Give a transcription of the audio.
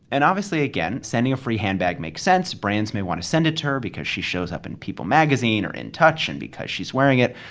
and obviously, again, sending a free handbag makes sense. brands may want to send it to her because she shows up in people magazine or in touch. and because she's wearing it,